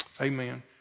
Amen